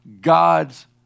God's